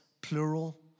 plural